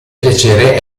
piacere